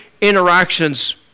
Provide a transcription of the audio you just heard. interactions